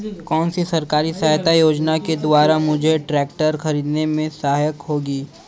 कौनसी सरकारी सहायता योजना के द्वारा मुझे ट्रैक्टर खरीदने में सहायक होगी?